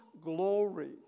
glory